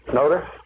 notice